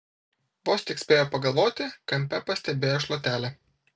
vos tik spėjo pagalvoti kampe pastebėjo šluotelę